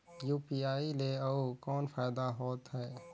UPI ले अउ कौन फायदा होथ है?